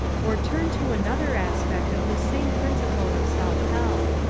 or turn to another aspect of this same principle of self-help.